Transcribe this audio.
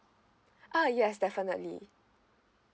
ah yes definitely